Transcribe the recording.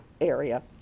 area